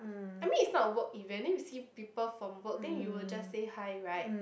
I mean it's not a work event then you see people from work then you will just say hi right